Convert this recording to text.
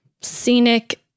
scenic